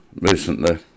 recently